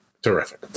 Terrific